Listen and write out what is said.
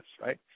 right